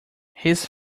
his